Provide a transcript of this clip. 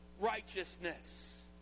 righteousness